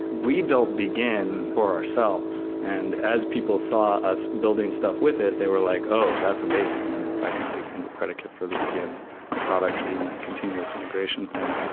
we built begin for ourselves. and as people saw us building stuff with it, they were like, oh, that's amazing, and that kind of became the predicate for the begin product being that continuous integration thing.